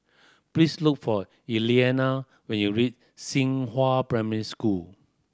please look for Elliana when you reach Xinghua Primary School